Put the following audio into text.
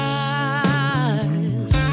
eyes